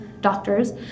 doctors